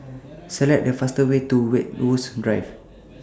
Select The fastest Way to Westwood Drive